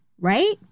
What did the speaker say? right